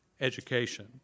education